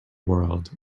world